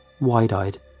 wide-eyed